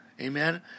Amen